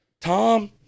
Tom